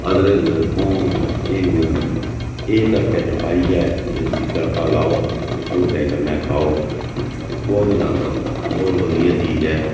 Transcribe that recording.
अदरक थोम हिङ एह् तड़कै च पाइयै ते इसी तड़का लाओ ते ढोडें कन्नै खाओ बौह्त नंद आंदा बौह्त बधिया चीज़ ऐ